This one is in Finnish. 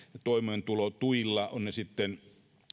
toimeentulotuilla ovat ne sitten